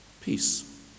peace